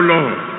Lord